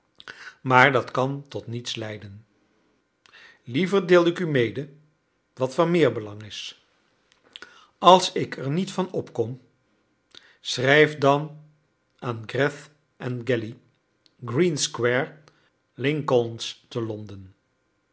maar dat kan tot niets leiden liever deel ik u mede wat van meer belang is als ik er niet van opkom schrijf dan aan greth en galley green square lincoln's te londen